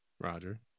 Roger